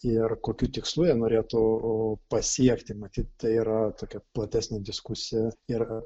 ir kokiu tikslu jie norėtų pasiekti matyt tai yra tokia platesnė diskusija ir